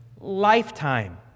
lifetime